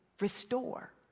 restore